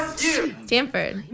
Stanford